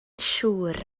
siŵr